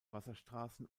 wasserstraßen